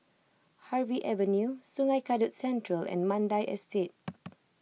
Harvey Avenue Sungei Kadut Central and Mandai Estate